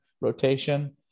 rotation